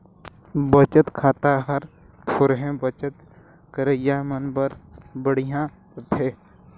बचत खाता हर थोरहें बचत करइया मन बर बड़िहा रथे